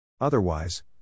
Otherwise